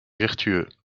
vertueux